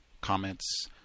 comments